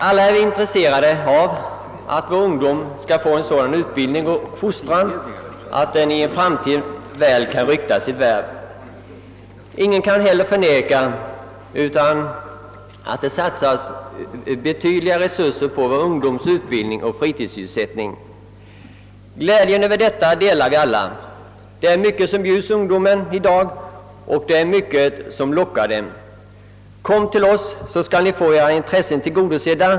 Alla är intresserade av att vår ungdom får en sådan utbildning och fostran, att den i framtiden väl kan rykta sitt värv. Ingen kan heller förneka att det satsas stora belopp på ungdomens utbildning och fritidssysselsättning. Glädjen häröver delas av alla. Mycket bjudes ungdomen i dag, och det är mycket som lockar. Kom till oss, så skall ni få era intressen tillgodosedda!